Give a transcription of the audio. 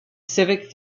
civic